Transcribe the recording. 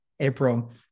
April